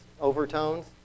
overtones